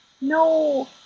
no